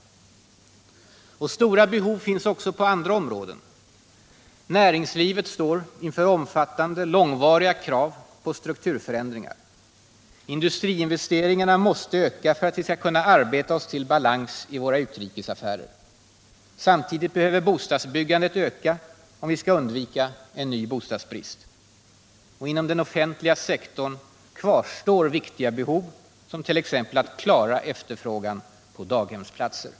Stora behov finns också på andra områden. Näringslivet står inför omfattande och långvariga krav på strukturförändringar. Industriinvesteringarna måste öka för att vi skall kunna arbeta oss till balans i våra utrikesaffärer. Samtidigt behöver bostadsbyggandet öka om vi skall undvika en ny bostadsbrist. Inom den offentliga sektorn kvarstår viktiga behov, som t.ex. att klara efterfrågan på daghemsplatser.